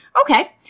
Okay